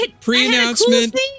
Pre-announcement